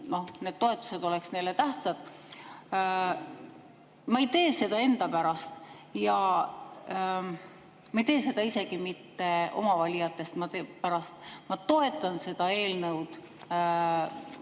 et toetused oleks neile tähtsad. Ma ei tee seda enda pärast ja ma ei tee seda isegi mitte oma valijate pärast. Ma toetan peretoetuste